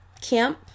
camp